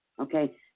okay